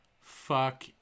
Fuck